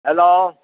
hello